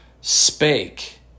spake